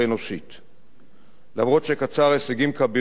אף שקצר הישגים כבירים במאבק נגד הטרור,